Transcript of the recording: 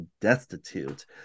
destitute